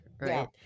Right